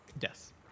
Yes